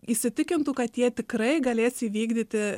įsitikintų kad jie tikrai galės įvykdyti